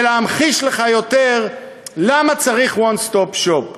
להמחיש לך יותר למה צריך One Stop Shop.